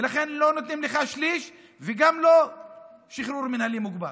ולכן לא נותנים לך שליש וגם לא שחרור מינהלי מוגבר.